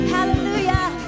Hallelujah